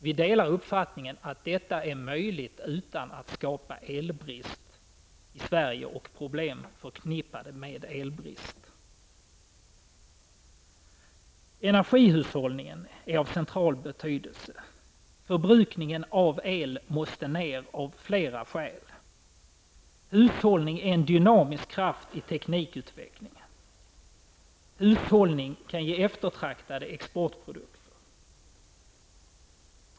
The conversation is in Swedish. Vi delar uppfattningen att detta är möjligt utan att det uppstår elbrist i Sverige och sådana problem som är förknippade med elbrist. Energihushållningen är av central betydelse. Förbrukningen av el måste ner av flera skäl. Hushållning är en dynamisk kraft i teknikutvecklingen och kan ge eftertraktade exportprodukter.